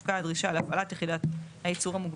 תפקע הדרישה להפעלת יחידת הייצור המוגבלת,